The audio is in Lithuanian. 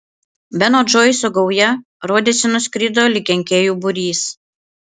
beno džoiso gauja rodėsi nuskrido lyg kenkėjų būrys